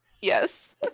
Yes